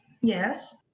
Yes